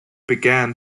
began